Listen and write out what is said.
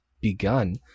begun